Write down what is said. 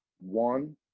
One